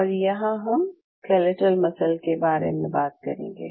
और यहाँ हम स्केलेटल मसल के बारे में बात करेंगे